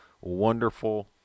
wonderful